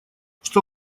что